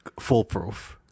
foolproof